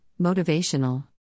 motivational